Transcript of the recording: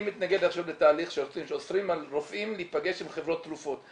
אני מתנגד עכשיו לתהליך שאוסרים על רופאים להיפגש עם חברות תרופות.